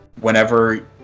whenever